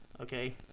okay